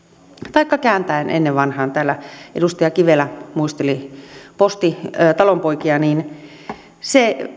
taikka kääntäen ennen vanhaan täällä edustaja kivelä muisteli oli postitalonpoikia se